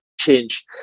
change